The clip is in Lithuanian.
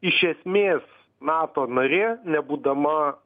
iš esmės nato narė nebūdama